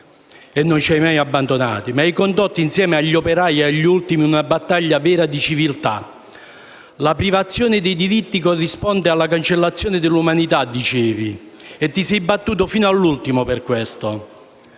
non ci ha mai abbandonati ma ha condotto insieme agli operai e agli ultimi una battaglia vera di civiltà. «La privazione dei diritti corrisponde alla cancellazione dell'umanità», dicevi, e ti sei battuto fino all'ultimo per questo.